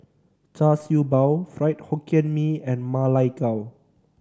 Char Siew Bao Fried Hokkien Mee and Ma Lai Gao